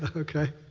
ah okay?